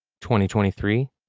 2023